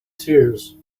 tears